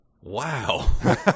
Wow